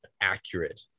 accurate